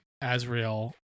Azrael